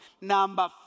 number